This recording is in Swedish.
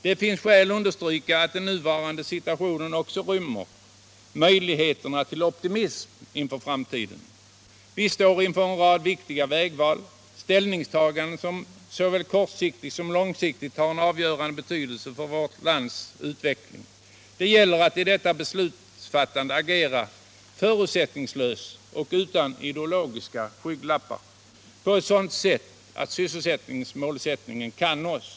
Det finns skäl understryka att den nuvarande situationen också rymmer möjligheter till optimism inför framtiden. Vi står inför en rad viktiga vägval, ställningstaganden som såväl kortsiktigt som långsiktigt har en avgörande betydelse för vårt lands utveckling. Och det gäller att vid detta beslutsfattande agera förutsättningslöst och utan ideologiska skygglappar på ett sådant sätt att sysselsättningsmålet kan nås.